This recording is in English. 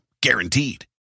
guaranteed